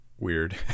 weird